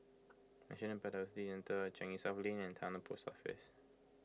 National Biodiversity Centre Changi Lane and Towner Post Office